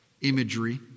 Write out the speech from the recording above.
imagery